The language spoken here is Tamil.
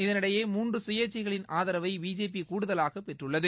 இதனிடையே மூன்று சுயேச்சைகளின் ஆதரவை பிஜேபி கூடுதலாக பெற்றுள்ளது